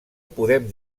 podem